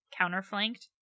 counterflanked